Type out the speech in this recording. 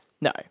No